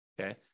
Okay